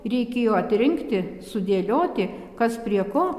reikėjo atrinkti sudėlioti kas prie ko